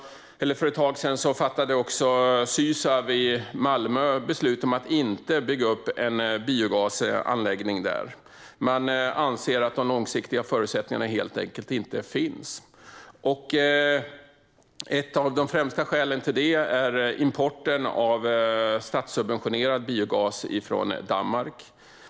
För ett tag sedan fattade Sysav i Malmö beslut om att inte bygga en biogasanläggning där eftersom man anser att de långsiktiga förutsättningarna inte finns. Ett av de främsta skälen till detta är importen av statssubventionerad biogas från Danmark.